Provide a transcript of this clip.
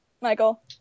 Michael